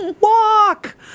walk